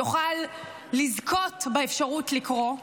יוכל לזכות באפשרות לקרוא.